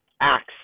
acts